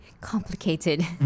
complicated